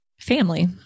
Family